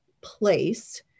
place